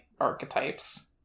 archetypes